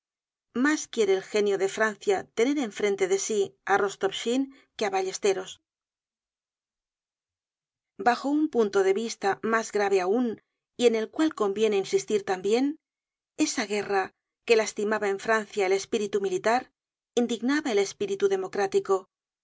mas quiere el genio de francia tener enfrente de sí á rostopchine que á ballesteros bajo un punto de vista mas grave aun y en el cual conviene insistir tambien esa guerra que lastimaba en francia el espíritu militar indignaba al espíritu democrático